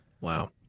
Wow